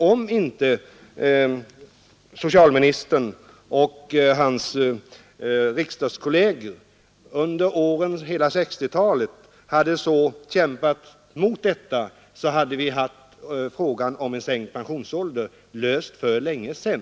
Om inte socialministern och hans riksdagskolleger under hela 1960-talet hade kämpat emot, hade vi haft frågan om en sänkt pensionsålder löst för länge sedan.